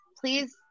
please